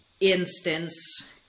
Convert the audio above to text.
instance